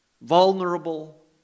vulnerable